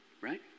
Right